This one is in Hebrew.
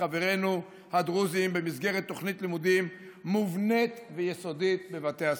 חברינו הדרוזים במסגרת תוכנית לימודים מובנת ויסודית בבתי הספר.